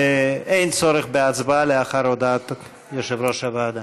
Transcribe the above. אין צורך בהצבעה לאחר הודעת יושב-ראש הוועדה.